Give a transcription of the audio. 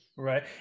Right